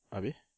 habis